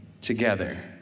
together